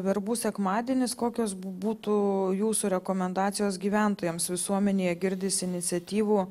verbų sekmadienis kokios būtų jūsų rekomendacijos gyventojams visuomenėje girdisi iniciatyvų